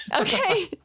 Okay